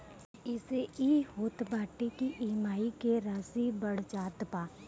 एसे इ होत बाटे की इ.एम.आई के राशी बढ़ जात बा